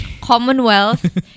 Commonwealth